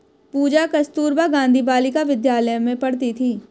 पूजा कस्तूरबा गांधी बालिका विद्यालय में पढ़ती थी